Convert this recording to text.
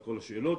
כל השאלות.